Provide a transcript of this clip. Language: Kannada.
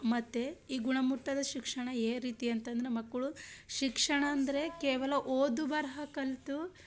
ಮತ್ತು ಈ ಗುಣಮಟ್ಟದ ಶಿಕ್ಷಣ ಏ ರೀತಿ ಅಂತ ಅಂದರೆ ಮಕ್ಕಳು ಶಿಕ್ಷಣ ಅಂದರೆ ಕೇವಲ ಓದು ಬರಹ ಕಲಿತು